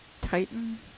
Titan